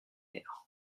mère